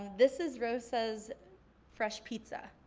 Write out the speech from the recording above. this is rosa's fresh pizza.